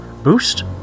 boost